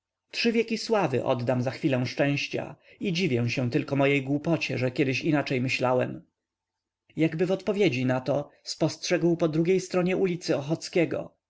trzy wieki sławy oddam za chwilę szczęścia i dziwię się tylko mojej głupocie że kiedyś inaczej myślałem jakby w odpowiedzi na to spostrzegł po drugiej stronie ulicy